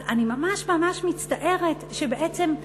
אז אני ממש ממש מצטערת שבעצם,